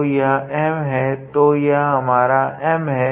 तो यह M है तो यह मेरा M है